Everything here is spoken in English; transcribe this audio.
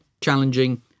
challenging